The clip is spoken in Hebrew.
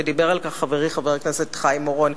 ודיבר על כך חברי חבר הכנסת חיים אורון.